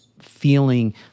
feeling